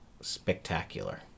Spectacular